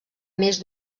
més